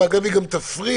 ואגב היא גם תפריע,